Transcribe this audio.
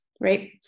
right